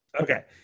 Okay